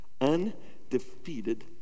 undefeated